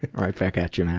right back at you, man.